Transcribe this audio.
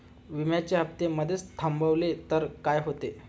विम्याचे हफ्ते मधेच थांबवले तर काय होते?